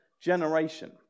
generation